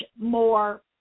more